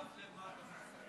אדוני היושב-ראש,